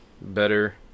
better